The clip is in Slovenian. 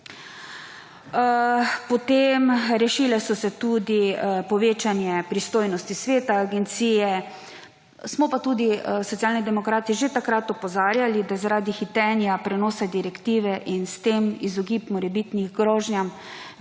rešile so se tudi povečanje pristojnosti sveta agencije. Smo pa tudi Socialni demokrati že takrat opozarjali, da zaradi hitenja prenosa direktive v izogib morebitnim grožnjam